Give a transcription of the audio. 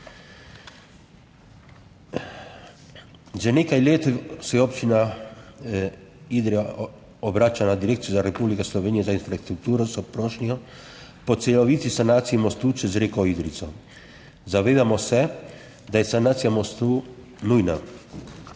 Že nekaj let se je občina Idrija obrača na Direkcijo Republike Slovenije za infrastrukturo s prošnjo po celoviti sanaciji mostu čez reko Idrijco. Zavedamo se, da je sanacija mostu nujna